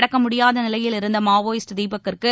நடக்க முடியாத நிலையில் இருந்த மாவோயிஸ்ட் தீபக்கிற்கு